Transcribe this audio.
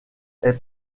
est